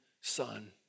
son